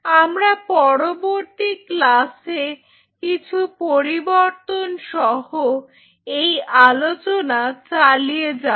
আমরা পরবর্তী ক্লাসে কিছু পরিবর্তন সহ এই আলোচনা চালিয়ে যাব